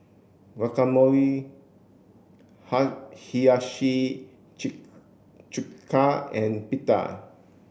Guacamole Hiyashi Chuka and Pita